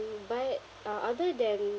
but uh other than